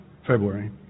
february